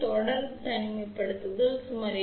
தொடர் தனிமைப்படுத்துதல் சுமார் 8